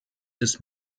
des